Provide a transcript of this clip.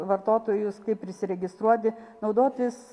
vartotojus kaip prisiregistruoti naudotis